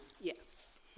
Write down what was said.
Yes